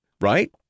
Right